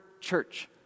church